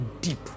deep